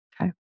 okay